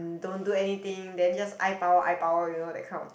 don't do anything then just eye power eye power you know that kind of